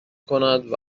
کند